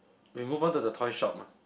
we move on to the toy shop